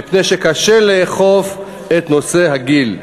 מפני שקשה לאכוף את נושא הגיל.